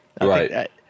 right